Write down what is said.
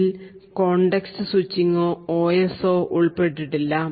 ഇതിൽ കോണ്ടെക്സ്റ്റ് സ്വിച്ചിങ്ങോOS ഓ ഉൾപ്പെട്ടിട്ടില്ല